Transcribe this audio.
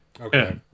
okay